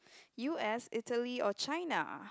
U_S Italy or China